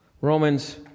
Romans